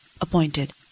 appointed